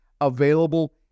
available